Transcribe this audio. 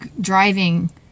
driving